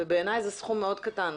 ובעיניי זה סכום מאוד קטן.